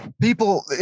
people